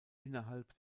innerhalb